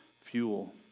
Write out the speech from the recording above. fuel